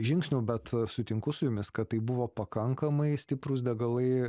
žingsnių bet a sutinku su jumis kad tai buvo pakankamai stiprūs degalai